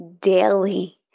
daily